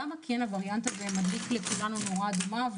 למה הווריאנט הזה מדליק נורה אדומה,